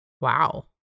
Wow